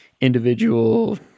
individual